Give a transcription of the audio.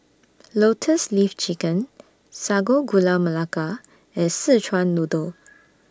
Lotus Leaf Chicken Sago Gula Melaka and Szechuan Noodle